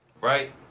right